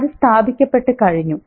അത് സ്ഥാപിക്കപ്പെട്ടു കഴിഞ്ഞു